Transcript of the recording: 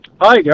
Hi